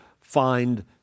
find